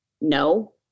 no